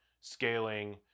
scaling